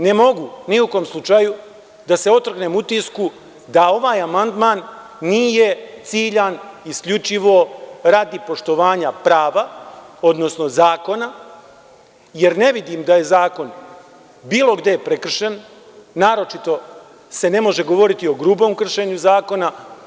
Ne mogu ni u kom slučaju da se otrgnem utisku da ovaj amandman nije ciljan isključivo radi poštovanja prava, odnosno zakona, jer ne vidim da je zakon bilo gde prekršen, naročito se ne može govoriti o grubom kršenju zakona.